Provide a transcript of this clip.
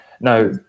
Now